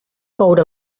coure